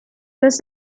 dass